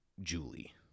Julie